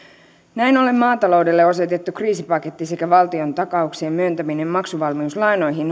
näin ollen maataloudelle asetettu kriisipaketti sekä valtiontakauksien myöntäminen maksuvalmiuslainoihin